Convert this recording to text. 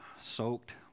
soaked